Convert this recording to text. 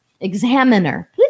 Examiner